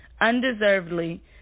undeservedly